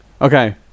okay